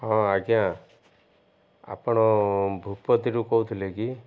ହଁ ଆଜ୍ଞା ଆପଣ ଭୂପତିରୁ କହୁଥିଲେ କି